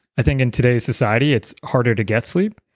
i think in today's society, it's harder to get sleep.